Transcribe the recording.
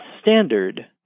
standard –